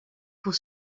pour